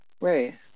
wait